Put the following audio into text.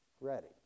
ready